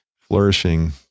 flourishing